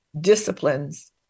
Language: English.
disciplines